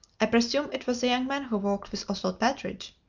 i presume it was the young man who walked with oswald partridge.